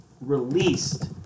released